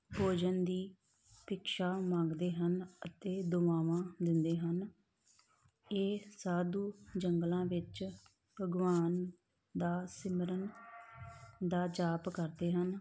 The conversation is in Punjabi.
ਭੋਜਨ ਦੀ ਭਿਕਸ਼ਾ ਮੰਗਦੇ ਹਨ ਅਤੇ ਦੁਆਵਾਂ ਦਿੰਦੇ ਹਨ ਇਹ ਸਾਧੂ ਜੰਗਲਾਂ ਵਿੱਚ ਭਗਵਾਨ ਦਾ ਸਿਮਰਨ ਦਾ ਜਾਪ ਕਰਦੇ ਹਨ